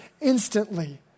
instantly